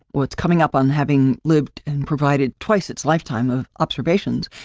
what's coming up on having looped and provided twice its lifetime of observations,